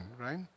right